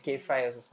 mm